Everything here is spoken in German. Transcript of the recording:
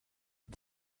und